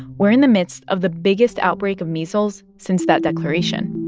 we're in the midst of the biggest outbreak of measles since that declaration.